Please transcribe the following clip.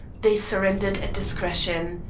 they surrendered at discretion.